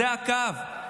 זה הקו.